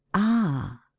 ah!